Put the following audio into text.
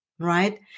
Right